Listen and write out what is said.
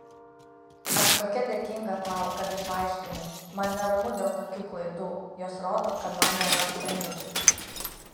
aš tokia dėkinga tau kad išaiškinai man neramu dėl tokių klaidų jos rodo kad man neurastenija